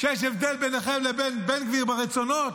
שיש הבדל ביניכם לבין בן גביר ברצונות?